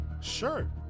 sure